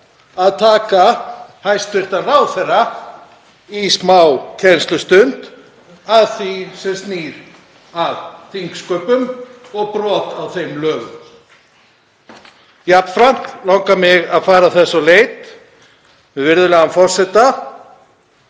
að taka hæstv. ráðherra í smá kennslustund í því sem snýr að þingsköpum og brotum á þeim lögum. Jafnframt langar mig að fara þess á leit við virðulegan forseta,